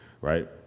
right